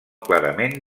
clarament